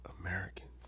Americans